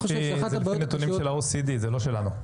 זה לפי נתונים של ה-OECD, זה לא שלנו.